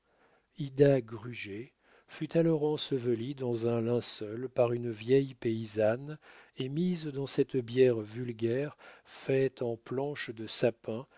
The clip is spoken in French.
gruget fut alors ensevelie dans un linceul par une vieille paysanne et mise dans cette bière vulgaire faite en planches de sapin